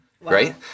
Right